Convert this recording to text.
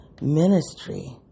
Ministry